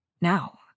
Now